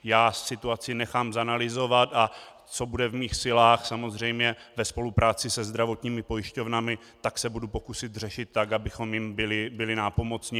Já situaci nechám zanalyzovat, a co bude v mých silách, samozřejmě ve spolupráci se zdravotními pojišťovnami, se budu pokusit řešit tak, abychom jim byli nápomocni.